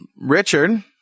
Richard